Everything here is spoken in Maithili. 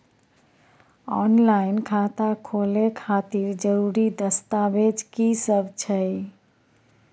ऑनलाइन खाता खोले खातिर जरुरी दस्तावेज की सब छै?